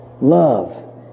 love